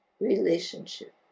relationship